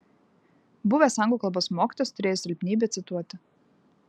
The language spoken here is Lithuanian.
buvęs anglų kalbos mokytojas turėjo silpnybę cituoti